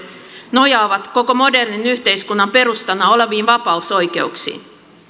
nojaa koko modernin yhteiskunnan perustana oleviin vapausoikeuksiin